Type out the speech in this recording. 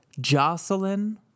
Jocelyn